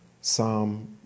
Psalm